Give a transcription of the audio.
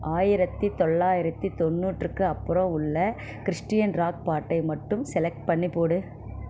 ஆயிரத்தி தொள்ளாயிரத்தி தொண்ணூற்றுக்கு அப்புறம் உள்ள கிறிஸ்டியன் ராக் பாட்டை மட்டும் செலக்ட் பண்ணி போடு